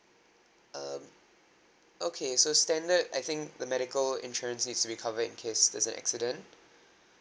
um okay so standard I think the medical insurance is recover in case there's an accident